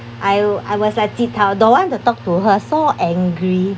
I will I was like ji tau don't want to talk to her so angry